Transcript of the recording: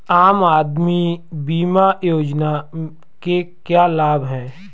आम आदमी बीमा योजना के क्या लाभ हैं?